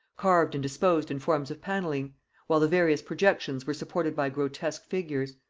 carved and disposed in forms of pannelling while the various projections were supported by grotesque figures.